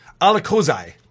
Alakozai